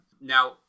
now